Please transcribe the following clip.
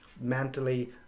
mentally